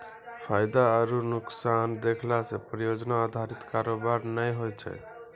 फायदा आरु नुकसान देखला से परियोजना अधारित कारोबार नै होय छै